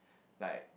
like